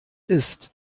isst